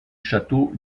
château